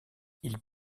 ils